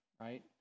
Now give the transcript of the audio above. right